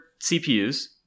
CPUs